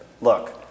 look